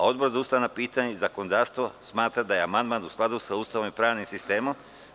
Odbor za ustavna pitanja i zakonodavstvo smatra da je amandman u skladu sa Ustavom i pravnim sistemom.